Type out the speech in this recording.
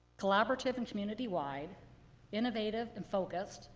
collaborative and community wide innovative and focused